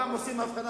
לפעמים עושים הבחנה,